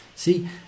See